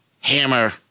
hammer